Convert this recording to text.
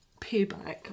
payback